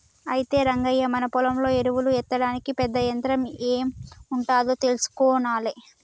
అయితే రంగయ్య మన పొలంలో ఎరువులు ఎత్తడానికి పెద్ద యంత్రం ఎం ఉంటాదో తెలుసుకొనాలే